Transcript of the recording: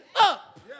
up